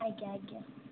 ଆଜ୍ଞା ଆଜ୍ଞା